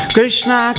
Krishna